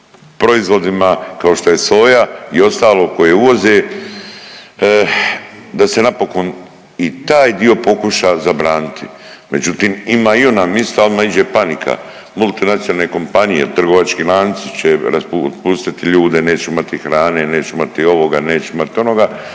proizvodima kao što je soja i ostalo koji uvoze da se napokon i taj dio pokuša zabraniti. Međutim, ima i ona mista odma iđe panika multinacionalne kompanije, trgovački lanci će raspustiti ljude nećemo imati hrane, nećemo imati ovoga, nećemo imati onoga,